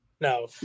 No